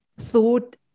thought